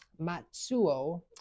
matsuo